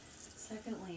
Secondly